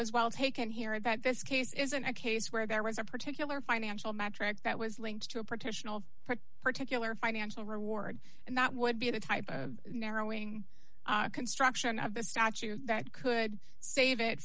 was well taken here that this case isn't a case where there was a particular financial metrics that was linked to a partition of that particular financial reward and that would be the type of narrowing construction of the statute that could save it